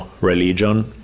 religion